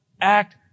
act